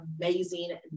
amazing